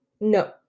no